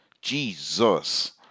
Jesus